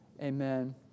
amen